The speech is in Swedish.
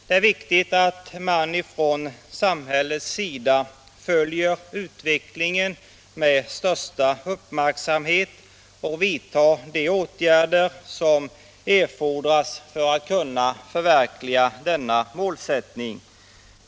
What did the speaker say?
Det är viktigt att man från samhällets sida följer utvecklingen med största uppmärksamhet och vidtar de åtgärder som erfordras för att kunna förverkliga denna målsättning.